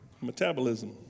Metabolism